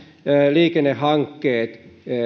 liikennehankkeet